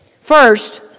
First